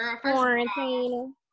Quarantine